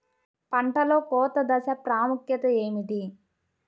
పంటలో కోత దశ ప్రాముఖ్యత ఏమిటి?